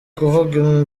kuvuga